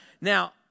Now